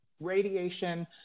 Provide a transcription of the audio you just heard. radiation